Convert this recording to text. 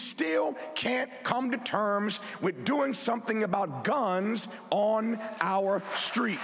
still can't come to terms with doing something about guns on our stree